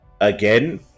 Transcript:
again